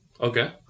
Okay